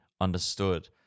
understood